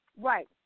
right